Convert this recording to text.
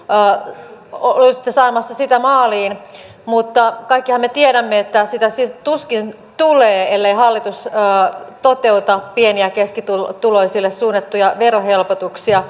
palo olisitte saamassa kilpailukykysopimusta maaliin mutta kaikkihan me tiedämme että sitä tuskin tulee ellei hallitus toteuta pieni ja keskituloisille suunnattuja verohelpotuksia